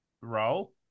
role